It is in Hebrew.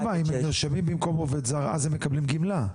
אדרבא אם הם נרשמים בתור עובד זר אז הם מקבלים גמלה?